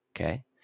okay